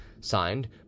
signed